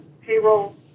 payroll